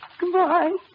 Goodbye